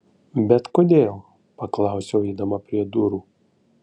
bet kodėl paklausiau eidama prie durų